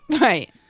Right